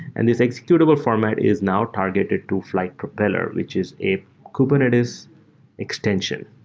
and this executable format is now targeted to flyte propeller, which is a kubernetes extension.